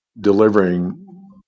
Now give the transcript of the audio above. delivering